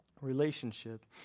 relationship